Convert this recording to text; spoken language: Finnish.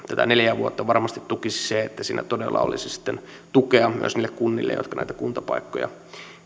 tätä neljää vuotta varmasti tukisi se että siinä todella olisi sitten tukea myös niille kunnille jotka näitä kuntapaikkoja